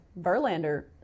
Verlander